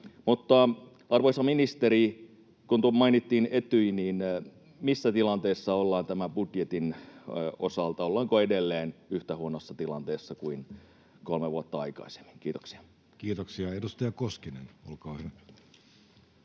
Mutta, arvoisa ministeri, kun mainittiin Etyj, niin missä tilanteessa ollaan tämän budjetin osalta? Ollaanko edelleen yhtä huonossa tilanteessa kuin kolme vuotta aikaisemmin? — Kiitoksia. [Vasemmistoliiton ryhmästä: